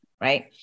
Right